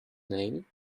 name